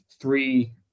three